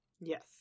Yes